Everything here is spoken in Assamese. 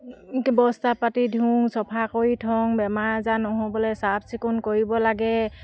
বস্তা পাতি ধুওঁ চাফা কৰি থওঁ বেমাৰ আজাৰ নহ'বলৈ চাফ চিকুণ কৰিব লাগে